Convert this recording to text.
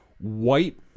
white